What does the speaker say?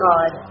God